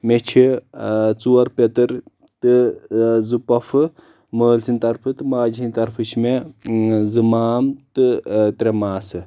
مےٚ چھِ ژور پیٚتٕر تہٕ زٕ پۄپھٕ مٲلۍ سٕنٛدِ طرفہٕ تہٕ ماجہِ ہٕنٛدِ طرفہٕ چھِ مےٚ زٕ مام تہٕ ترٛےٚ ماسہٕ